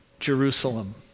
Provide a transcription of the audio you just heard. Jerusalem